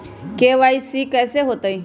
KYC कैसे होतई?